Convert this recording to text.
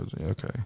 Okay